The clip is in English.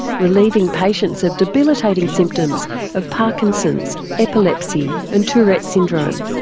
relieving patients of debilitating symptoms of parkinson's, epilepsy and tourette's syndrome.